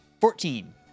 Fourteen